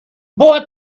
boy